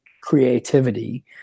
creativity